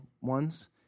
ones